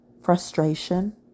frustration